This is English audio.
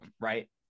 right